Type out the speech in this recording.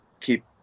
keep